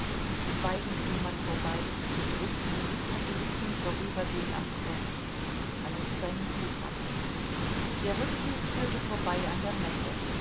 schweigend ging man vorbei gedrückt wie katholiken vorübergehen am kreuz man nimmt seinen hut ab der rückweg führte vorbei an der messe